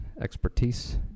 expertise